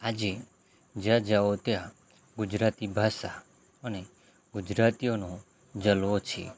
આજે જ્યાં જાવો ત્યાં ગુજરાતી ભાષા અને ગુજરાતીઓનો જલવો છે